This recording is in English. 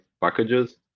packages